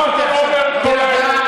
למה אתה לא אומר את כל האמת?